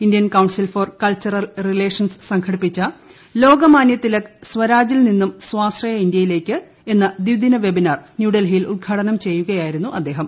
Indian council for cultural relations സംഘടിപ്പിച്ച ലോകമാന്യതിലക് സ്വരാജ് ൽ നിന്നും സ്വാശ്രയ ഇന്ത്യയിലേയ്ക്ക് എന്ന ദിദിന വെബിനാർ ന്യൂഡൽഹിയിൽ ഉദ്ഘാടനം ചെയ്യുകയായിരുന്നു അദ്ദേഹം